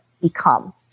become